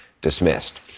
dismissed